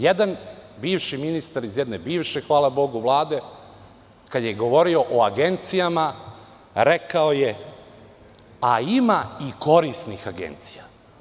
Jedan bivši ministar iz jedne bivše, hvala Bogu, Vlade kad je govorio o agencijama rekao je – a, ima i korisnih agencija.